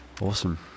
Awesome